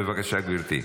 בבקשה, גברתי.